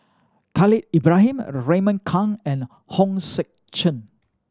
Khalil Ibrahim Raymond Kang and Hong Sek Chern